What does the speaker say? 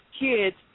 kids